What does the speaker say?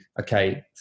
okay